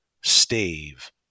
stave